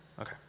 Okay